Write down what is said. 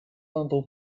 aantal